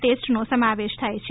ટેસ્ટનો સમાવેશ થાય છે